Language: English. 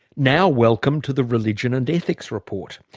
now welcome to the religion and ethics report.